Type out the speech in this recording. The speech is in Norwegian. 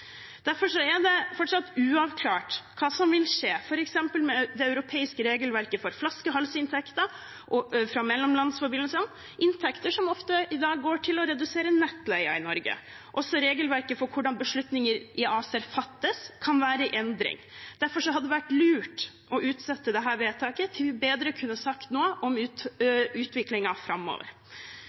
Derfor er det fortsatt uavklart hva som vil skje, f.eks. med det europeiske regelverket for flaskehalsinntekter fra mellomlandsforbindelsene, inntekter som i dag ofte går til å redusere nettleien i Norge. Også regelverket for hvordan beslutninger i ACER fattes, kan være i endring. Derfor hadde det vært lurt å utsette dette vedtaket til vi bedre kunne sagt noe om utviklingen framover.